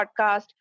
podcast